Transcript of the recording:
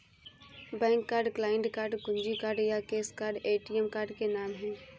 bank card, client card, कुंजी card या cash card ATM card के नाम है